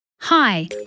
Hi